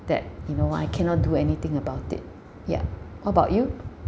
that you know I cannot do anything about it ya what about you